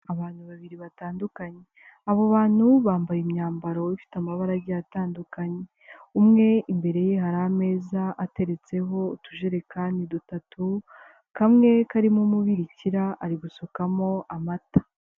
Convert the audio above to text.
Abantu babiri batandukanye, abo bantu bambaye imyambaro ifite amabara agiye atandukanye, umwe imbere ye hari ameza ateretseho utujerekani dutatu kamwe karimo umubirikira ari gusukamo amata.